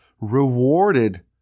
rewarded